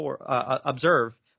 observe